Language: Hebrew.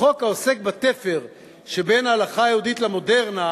החוק העוסק בתפר שבין ההלכה היהודית למודרנה,